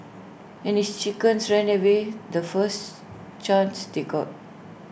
and his chickens ran away the first chance they got